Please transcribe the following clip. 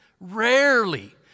rarely